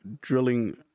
drilling